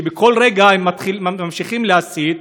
שבכל רגע הם ממשיכים להסית,